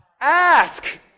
Ask